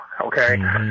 Okay